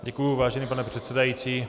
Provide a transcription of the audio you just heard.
Děkuji, vážený pane předsedající.